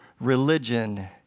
religion